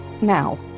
Now